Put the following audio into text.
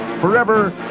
Forever